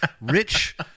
rich